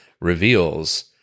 reveals